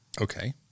Okay